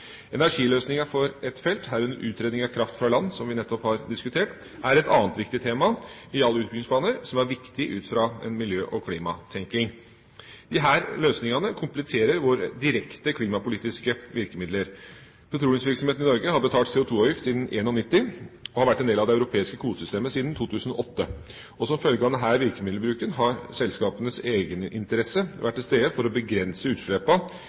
for et felt, herunder utredning av kraft fra land, som vi nettopp har diskutert, er et annet viktig tema i alle utbyggingsplaner som er viktig ut fra en miljø- og klimatenkning. Disse løsningene kompletterer våre direkte klimapolitiske virkemidler. Petroleumsvirksomheten i Norge har betalt CO2-avgift siden 1991 og har vært en del av det europeiske kvotesystemet siden 2008. Som en følge av denne virkemiddelbruken har selskapene egeninteresse i å begrense utslippene av klimagasser. Det er god politikk, for